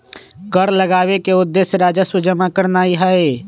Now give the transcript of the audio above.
कर लगाबेके उद्देश्य राजस्व जमा करनाइ हइ